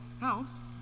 house